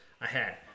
ahead